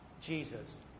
Jesus